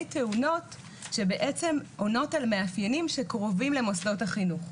תאונות שבעצם עונות על מאפיינים שקרובים למוסדות החינוך.